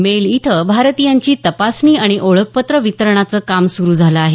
मेलं इथं भारतीयांची तपासणी आणि ओळखपत्र वितरणाचं काम सुरू झालं आहे